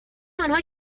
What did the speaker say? آنها